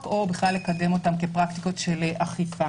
או בכלל לקדם אותם כפרקטיקות של אכיפה.